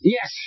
Yes